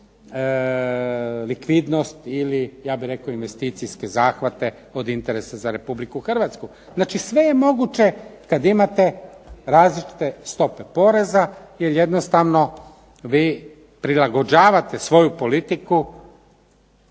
likvidnost ili ja bih rekao investicijske zahvate od interesa za Republiku Hrvatsku. Znači, sve je moguće kad imate različite stope poreza, jer jednostavno vi prilagođavate svoju politiku